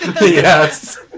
Yes